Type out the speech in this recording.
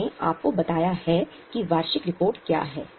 मैंने आपको बताया है कि वार्षिक रिपोर्ट क्या है